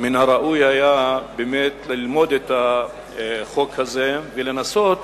מן הראוי היה באמת ללמוד את החוק הזה ולנסות